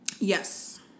Yes